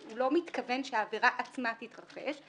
כי הוא לא מתכוון שהעבירה עצמה תתרחש,